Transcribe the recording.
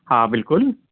हा बिल्कुलु